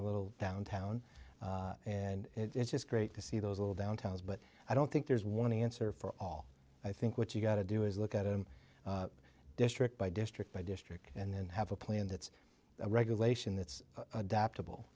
little downtown and it's just great to see those little downtowns but i don't think there's one answer for all i think what you've got to do is look at him district by district by district and then have a plan that's a regulation that's adaptable